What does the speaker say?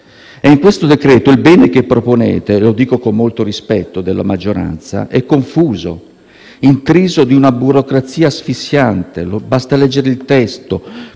al nostro esame il bene che proponete - lo dico con molto rispetto della maggioranza - è confuso e intriso di una burocrazia asfissiante. Basta leggere il testo: